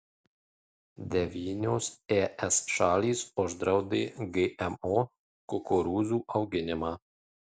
devynios es šalys uždraudė gmo kukurūzų auginimą